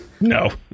No